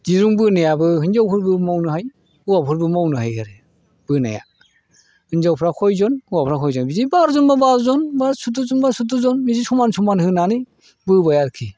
दिरुं बोनायाबो हिनजावफोरबो मावनो हायो हौवाफोरबो मावनो हायो आरो बोनाया हिनजावफ्रा कयजन हौवाफ्रा कयजन बिदि बार' जनबा बार'जन बा सुद्द'जनबा सुद्द'जन बिदि समान समान होनानै बोबाय आरोखि